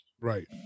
Right